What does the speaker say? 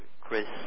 Chris